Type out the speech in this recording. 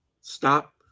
Stop